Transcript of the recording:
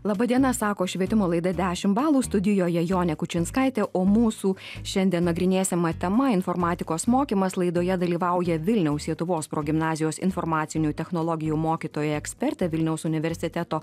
laba diena sako švietimo laida dešim balų studijoje jonė kučinskaitė o mūsų šiandien nagrinėsiama tema informatikos mokymas laidoje dalyvauja vilniaus sietuvos progimnazijos informacinių technologijų mokytoja ekspertė vilniaus universiteto